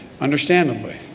understandably